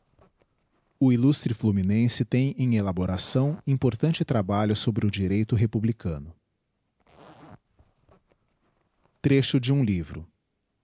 o illustre fluminense tem em elaboração importante trabalho sobre o direito republicano trecho de um livro